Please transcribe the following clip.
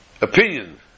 opinion